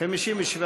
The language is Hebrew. לסעיף 1 לא נתקבלה.